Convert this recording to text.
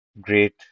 great